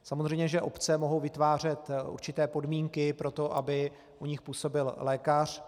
Samozřejmě že obce mohou vytvářet určité podmínky pro to, aby u nich působil lékař.